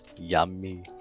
Yummy